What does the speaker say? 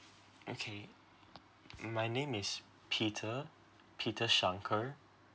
okay my name is peter peter shankar